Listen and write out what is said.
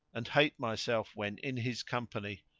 and hate myself when in his company?